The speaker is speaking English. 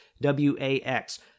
W-A-X